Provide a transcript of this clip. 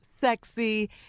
sexy